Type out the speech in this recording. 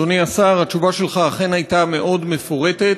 אדוני השר, התשובה שלך אכן הייתה מאוד מפורטת,